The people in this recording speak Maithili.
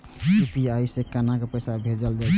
यू.पी.आई से केना पैसा भेजल जा छे?